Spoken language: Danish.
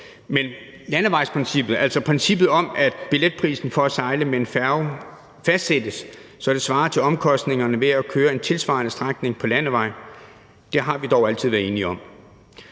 men landevejsprincippet, altså princippet om, at billetprisen for at sejle med en færge fastsættes, så det svarer til omkostningerne ved at køre en tilsvarende strækning på landevej, har vi dog altid været enige om.